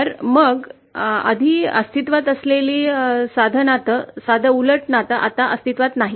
तर मग आधी अस्तित्वात असलेलं साधं नातं साधं उलटं नातं आता अस्तित्वात नाही